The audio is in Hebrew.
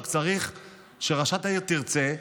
רק צריך שראשת העיר תרצה.